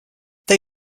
they